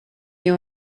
you